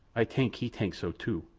ay tank he tank so, too.